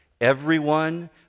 Everyone